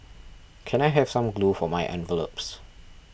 can I have some glue for my envelopes